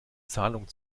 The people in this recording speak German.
zahlung